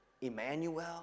Emmanuel